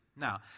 Now